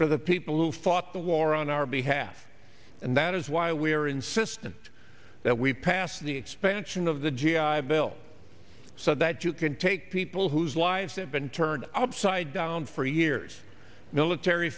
for the people who fought the war on our behalf and that is why we are insistent that we passed the expansion of the g i bill so that you can take people whose lives have been turned upside down for years military